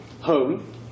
home